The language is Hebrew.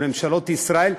של ממשלות ישראל.